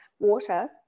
water